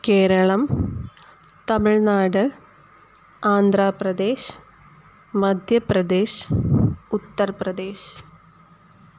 केरळम् तमिळ्नाड् आन्द्राप्रदेशः मध्यप्रदेशः उत्तर्प्रदेशः